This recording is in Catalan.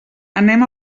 anem